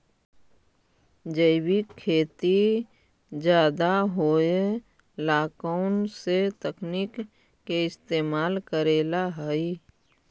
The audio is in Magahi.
जैविक खेती ज्यादा होये ला कौन से तकनीक के इस्तेमाल करेला हई?